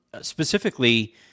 specifically